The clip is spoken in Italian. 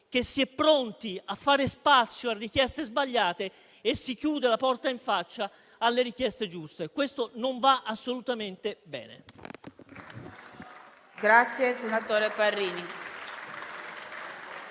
che si è pronti a fare spazio a richieste sbagliate e si chiude la porta in faccia alle richieste giuste. Questo non va assolutamente bene.